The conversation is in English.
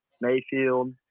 Mayfield